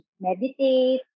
meditate